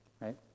right